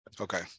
Okay